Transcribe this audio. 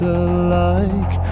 alike